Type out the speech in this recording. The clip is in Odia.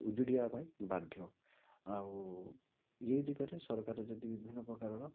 ଉଜୁଡ଼ିବା ପାଇଁ ବାଧ୍ୟ ଆଉ ଏହି ଦିଗରେ ସରକାର ଯଦି ବିଭିନ୍ନ ପ୍ରକାରର